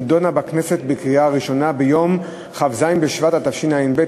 נדונה בכנסת ונתקבלה בקריאה הראשונה ביום כ"ז בשבט התשע"ב,